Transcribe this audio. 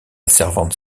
servante